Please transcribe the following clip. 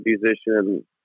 musician